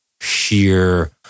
sheer